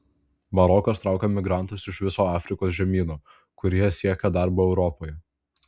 marokas traukia migrantus iš viso afrikos žemyno kurie siekia darbo europoje